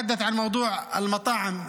(אומר דברים בשפה הערבית, להלן תרגומם: